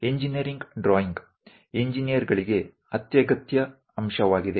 engineering drawing ಇಂಜಿನೀರ್ಗಳಿಗೆ ಅತ್ಯಗತ್ಯ ಅಂಶವಾಗಿದೆ